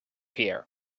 here